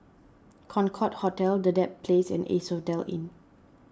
Concorde Hotel the Dedap Place and Asphodel Inn